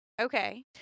Okay